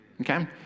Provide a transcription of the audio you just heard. Okay